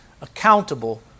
accountable